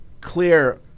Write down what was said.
clear